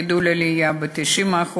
גידול בעלייה של 90%,